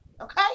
okay